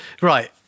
Right